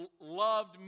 loved